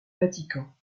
vatican